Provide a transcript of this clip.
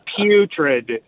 putrid